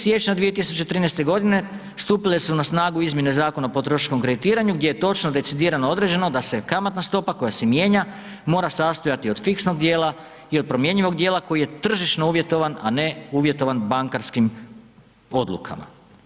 siječnja 2013. g. stupile su na snagu izmjene Zakona o potrošačkom kreditiranju gdje je točno decidirano određeno da se kamatna stopa koja se mijenja, mora sastoji od fiksnog djela i od promjenjivog djela koji je tržišno uvjetovan a ne uvjetovan bankarskim odlukama.